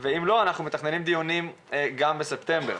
ואם לא, אנחנו מתכננים דיונים גם בספטמבר.